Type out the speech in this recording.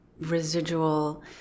residual